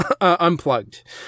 unplugged